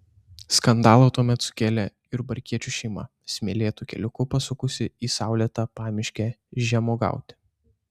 skandalą tuomet sukėlė jurbarkiečių šeima smėlėtu keliuku pasukusi į saulėtą pamiškę žemuogiauti